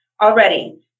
Already